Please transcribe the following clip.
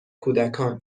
کودکان